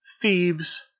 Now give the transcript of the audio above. Thebes